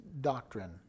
doctrine